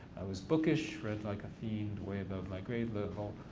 i was bookish, read like a fiend way above my grade level.